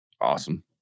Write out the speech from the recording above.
Awesome